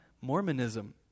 mormonism